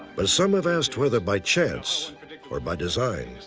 but some have asked whether by chance or by design.